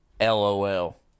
LOL